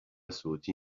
صوتی